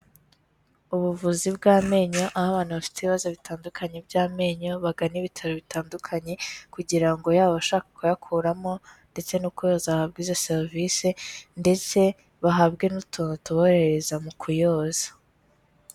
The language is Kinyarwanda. Ubuvuzi bw'amenyo, aho abantu bafite ibibazo bitandukanye by'amenyo, bagana ibitaro bitandukanye, kugira ngo yaba abashaka kuyakuramo, ndetse no kuyoza, bahabwe izo serivise, ndetse bahabwe n'utuntu tuborohereza mu kuyoza.